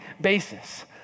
basis